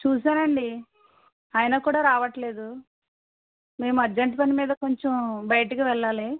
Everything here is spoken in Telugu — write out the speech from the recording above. చూశానండి అయినా కూడా రావట్లేదు మేము అర్జెంట్ పని మీద కొంచెం బయటకు వెళ్ళాలి